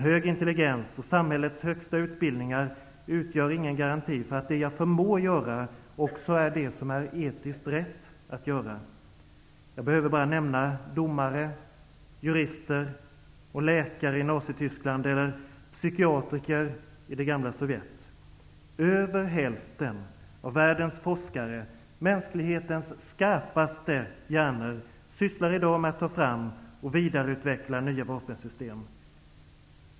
Hög intelligens och samhällets högsta utbildningar utgör ingen garanti för att det jag förmår göra också är det som är etiskt rätt att göra. Jag behöver bara nämna domare, jurister och läkare i Nazityskland eller psykiatriker i det gamla Sovjet. Över hälften av världens forskare, mänsklighetens skarpaste hjärnor, sysslar i dag med att ta fram och vidareutveckla nya vapensystem.